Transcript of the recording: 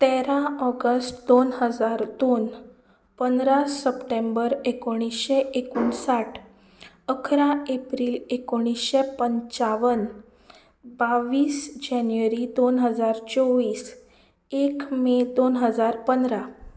तेरा ऑगस्ट दोन हजार दोन पंदरा सप्टेंबर एकुणशे एकुणसाठ अकरा एप्रील एकुणशे पंचावन बावीस जेन्युवरी दोन हजार चोवीस एक मे दोन हजार पंदरा